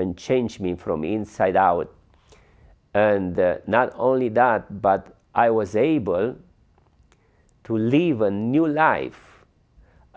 and change me from inside out and not only that but i was able to live a new life